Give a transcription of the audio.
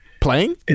Playing